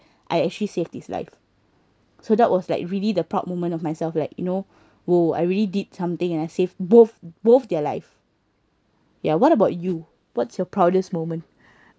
I actually saved his life so that was like really the proud moment of myself like you know !whoa! I really did something and I save both both their life ya what about you what's your proudest moment